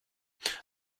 there